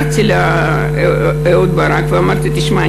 התקשרתי לאהוד ברק ואמרתי: תשמע,